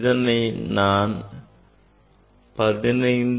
இதனை நான் 15